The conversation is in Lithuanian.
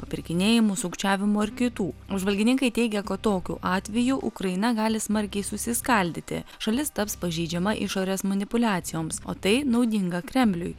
papirkinėjimų sukčiavimų ar kitų apžvalgininkai teigia kad tokiu atveju ukraina gali smarkiai susiskaldyti šalis taps pažeidžiama išorės manipuliacijoms o tai naudinga kremliui